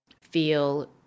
feel